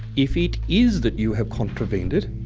if it is that you have contravened it,